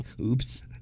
Oops